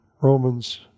Romans